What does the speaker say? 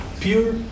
Pure